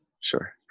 Sure